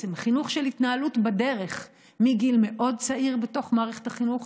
חינוך של התנהלות בדרך מגיל מאוד צעיר בתוך מערכת החינוך.